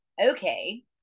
Okay